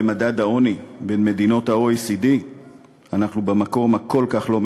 במדד העוני בין מדינות ה-OECD אנחנו במקום הכל-כך לא מכובד,